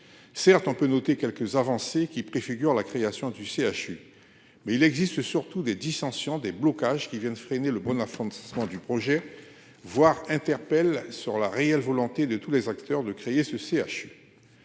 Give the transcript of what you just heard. Certes on peut noter quelques avancées qui préfigure la création du CHU. Mais il existe surtout des dissensions, des blocages qui viennent freiner le Bonnafont suspendu projet voire interpelle sur la réelle volonté de tous les acteurs de créer ce CHU.